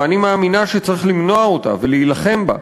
ואני מאמינה שצריך למנוע אותה ולהילחם בה,